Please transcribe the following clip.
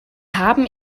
haben